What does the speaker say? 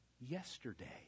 yesterday